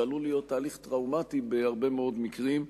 שעלול להיות תהליך טראומטי בהרבה מאוד מקרים,